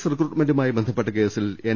റിക്രൂട്ട്മെന്റുമായി ബന്ധപ്പെട്ട കേസിൽ എൻ